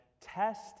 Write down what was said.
test